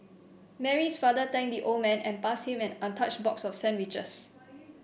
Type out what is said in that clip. Mary's father thanked the old man and passed him an untouched box of sandwiches